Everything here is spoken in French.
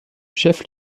chef